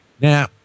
Now